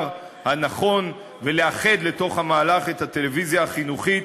הנכון ולאחד לתוך המהלך את הטלוויזיה החינוכית,